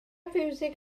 fiwsig